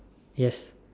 yes